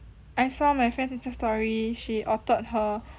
I saw my friend's insta story she altered her